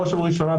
בראש ובראשונה,